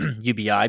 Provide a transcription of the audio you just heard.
UBI